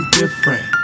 different